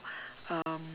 um